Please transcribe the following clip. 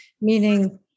meaning